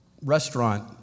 restaurant